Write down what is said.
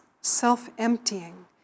self-emptying